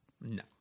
No